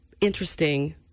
interesting